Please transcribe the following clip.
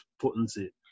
potency